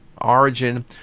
origin